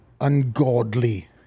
ungodly